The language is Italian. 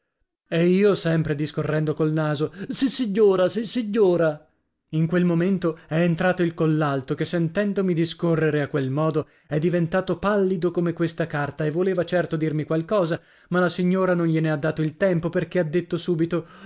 e io sempre discorrendo col naso sissignora sissignora in quel momento è entrato il collalto che sentendomi discorrere a quel modo è diventato pallido come questa carta e voleva certo dirmi qualcosa ma la signora non glie ne ha dato il tempo perché ha detto subito